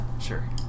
sure